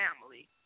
family